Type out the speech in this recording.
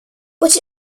but